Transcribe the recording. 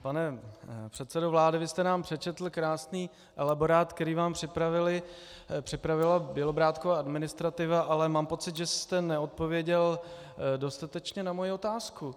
Pane předsedo vlády, vy jste nám přečetl krásný elaborát, který vám připravila Bělobrádkova administrativa, ale mám pocit, že jste neodpověděl dostatečně na moji otázku.